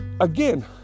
again